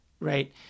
right